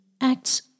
acts